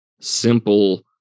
simple